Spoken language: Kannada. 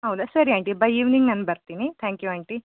ಹೌದಾ ಸರಿ ಆಂಟಿ ಬೈ ಈವ್ನಿಂಗ್ ನಾನು ಬರ್ತೀನಿ ಥ್ಯಾಂಕ್ ಯು ಆಂಟಿ